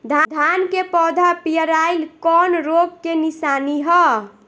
धान के पौधा पियराईल कौन रोग के निशानि ह?